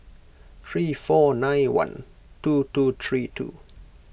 three four nine one two two three two